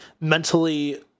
mentally